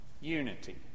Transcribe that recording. Unity